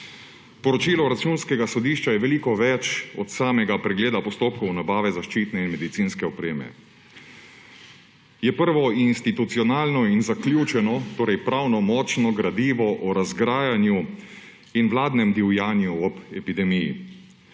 Poročilo Računskega sodišča je veliko več od samega pregleda postopkov nabave zaščitne in medicinske opreme. Je prvo institucionalno in zaključeno, torej pravnomočno gradivo o razgrajanju in vladnem divjanju ob epidemiji.